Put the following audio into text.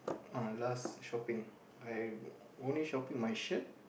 uh last shopping I only shopping my shirt